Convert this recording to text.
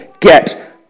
get